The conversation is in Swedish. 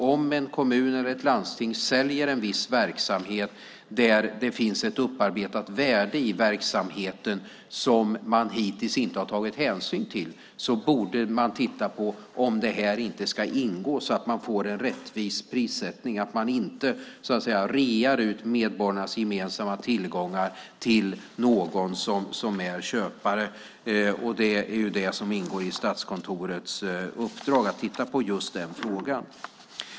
Om en kommun eller ett landsting säljer en viss verksamhet där det finns ett upparbetat värde i verksamheten som man hittills inte har tagit hänsyn till, borde man titta på om det inte ska ingå så att det blir en rättvis prissättning. Man ska inte rea ut medborgarnas gemensamma tillgångar till någon köpare. Det ingår i Statskontorets uppdrag att titta på den frågan.